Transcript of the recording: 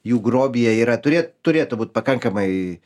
jų grobyje yra turėt turėtų būt pakankamai